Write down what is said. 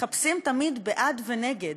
מחפשים תמיד בעד ונגד,